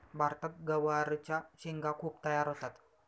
भारतात गवारच्या शेंगा खूप तयार होतात